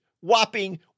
whopping